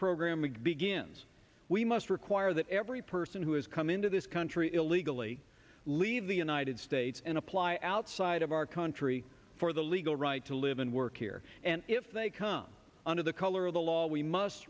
program begins we must require that every person who has come into this country illegally leave the united states and apply outside of our country for the legal right to live and work here and if they come under the color of the law we must